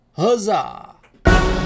Huzzah